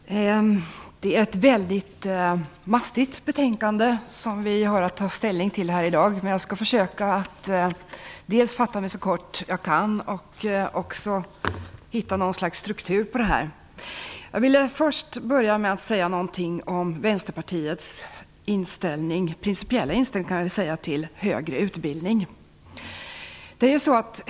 Fru talman! Det är ett väldigt mastigt betänkande som vi har att ta ställning till här i dag, men jag skall försöka dels fatta mig så kort jag kan, dels hitta något slags struktur på det här. Jag vill börja med att säga någonting om Vänsterpartiets principiella inställning till högre utbildning.